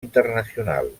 internacional